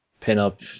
pin-up